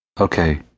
Okay